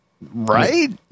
right